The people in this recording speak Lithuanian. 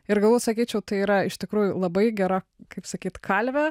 ir galbūt sakyčiau tai yra iš tikrųjų labai gera kaip sakyt kalvė